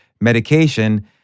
medication